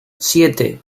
siete